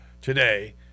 today